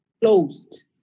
closed